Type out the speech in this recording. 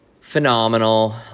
phenomenal